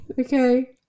Okay